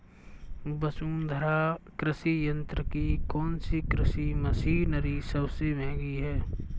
वसुंधरा कृषि यंत्र की कौनसी कृषि मशीनरी सबसे महंगी है?